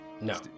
No